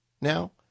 now